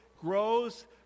grows